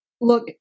look